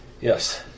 Yes